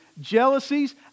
jealousies